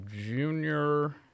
junior